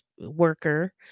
worker